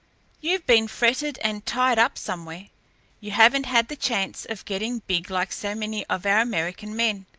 you've been fretted and tied up somewhere. you haven't had the chance of getting big like so many of our american men.